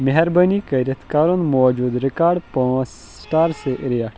مہربٲنی کٔرِتھ کرُن موجودٕ رکارڈ پانٛژھ سِٹار سۭتۍ ریٹھ